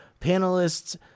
panelists